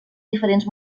diferents